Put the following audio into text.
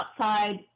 outside